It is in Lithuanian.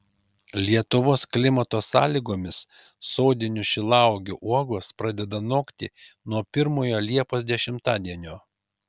lietuvos klimato sąlygomis sodinių šilauogių uogos pradeda nokti nuo pirmojo liepos dešimtadienio